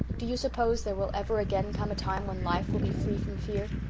do you suppose there will ever again come a time when life will be free from fear?